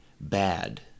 bad